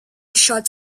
shots